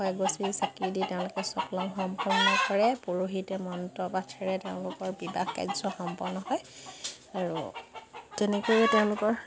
এশ এগছি চাকি দি তেওঁলোকে চকলং সম্পন্ন কৰে পুৰোহিতে মন্ত্ৰ পাঠেৰে তেওঁলোকৰ বিবাহ কাৰ্য সম্পন্ন হয় আৰু তেনেকৈয়ে তেওঁলোকৰ